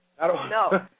No